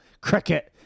cricket